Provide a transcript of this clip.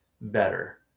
better